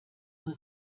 nur